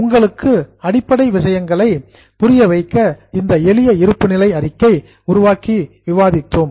உங்களுக்கு ஃபண்டமென்டல்ஸ் அடிப்படை விஷயங்களை புரிய வைக்க இந்த எளிய இருப்புநிலை அறிக்கையை உருவாக்கி விவாதித்தோம்